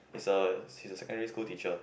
is a he is a secondary school teacher